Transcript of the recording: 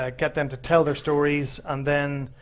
ah get them to tell their stories and then,